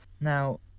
Now